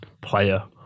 player